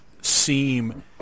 seem